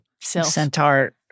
Centaur